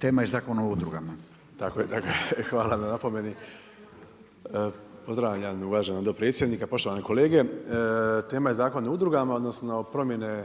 tema je Zakon o udrugama. **Zekanović, Hrvoje (HRAST)** Hvala na napomeni. Pozdravljam uvaženog dopredsjednika, poštovane kolege. Tema je Zakon o udrugama odnosno promjene